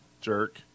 jerk